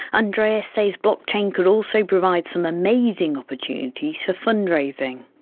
andreas says blockchain could also provide some amazing opportunities for fundraising.